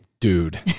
Dude